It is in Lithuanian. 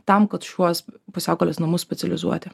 tam kad šiuos pusiaukelės namus specializuoti